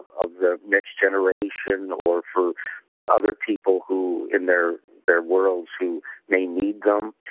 ah the next generation or for other people who in their their worlds who may need them.